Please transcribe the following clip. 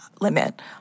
limit